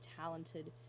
talented